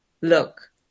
look